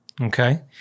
Okay